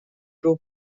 two